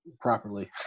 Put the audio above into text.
properly